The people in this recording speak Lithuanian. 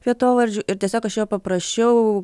vietovardžių ir tiesiog aš jo paprašiau